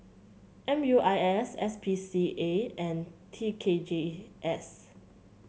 M U I S S P C A and T K G S